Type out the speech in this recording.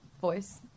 voice